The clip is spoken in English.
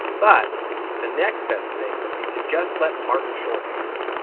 but the next best thing would be to just let martin short handle